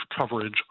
coverage